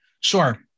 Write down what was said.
sure